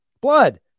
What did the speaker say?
blood